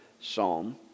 psalm